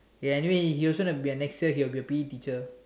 ya anyway he also then be next year gonna be a P_E teacher